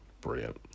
Brilliant